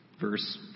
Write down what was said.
Verse